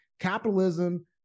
capitalism